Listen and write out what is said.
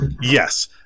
yes